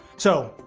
so,